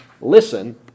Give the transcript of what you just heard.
listen